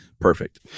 Perfect